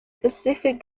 specific